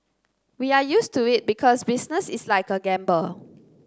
we are used to it because business is like a gamble